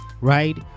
right